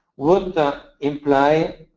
would imply